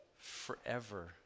forever